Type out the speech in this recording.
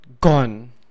gone